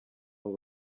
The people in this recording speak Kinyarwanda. ngo